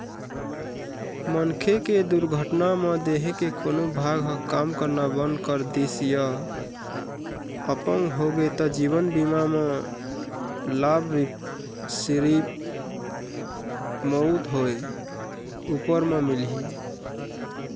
मनखे के दुरघटना म देंहे के कोनो भाग ह काम करना बंद कर दिस य अपंग होगे त जीवन बीमा म लाभ सिरिफ मउत होए उपर म मिलही